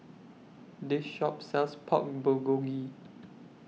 This Shop sells Pork Bulgogi